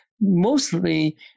mostly